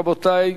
רבותי,